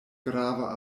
grava